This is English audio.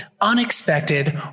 unexpected